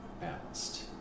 balanced